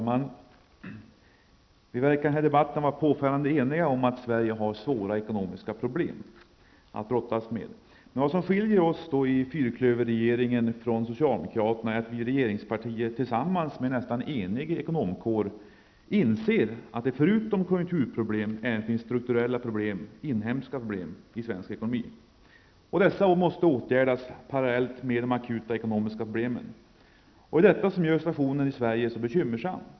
Fru talman! Vi verkar vara påfallande eniga om att Sverige har svåra ekonomiska problem att brottas med. Vad som skiljer oss i fyrklöverregeringen från socialdemokraterna är att vi regeringspartier tillsammans med en nästan enig ekonomkår inser att det förutom konjunkturproblem finns strukturella problem, inhemska problem, i svensk ekonomi. Dessa måste åtgärdas parallellt med de akuta ekonomiska problemen. Det är detta som gör situationen i Sverige så bekymmersam.